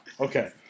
Okay